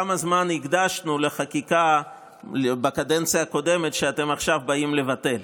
בדקתי כמה זמן בקדנציה הקודמת הקדשנו לחקיקה שאתם עכשיו באים לבטל,